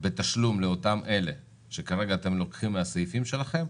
בתשלום לאותם אלה שכרגע אתם לוקחים מהסעיפים שלהם,